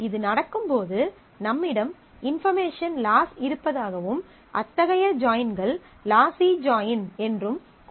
இது நடக்கும் போது நம்மிடம் இன்பார்மேஷன் லாஸ் இருப்பதாகவும் அத்தகைய ஜாயின்கள் லாஸி ஜாயின் என்றும் கூறப்படுகிறது